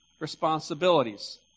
responsibilities